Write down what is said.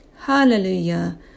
Hallelujah